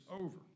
over